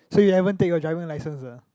so you haven't take your driving license ah